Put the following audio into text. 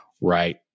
right